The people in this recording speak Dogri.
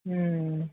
अं